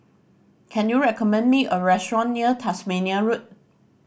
can you recommend me a restaurant near Tasmania Road